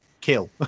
kill